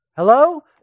Hello